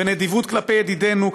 נדיבות כלפי ידידינו,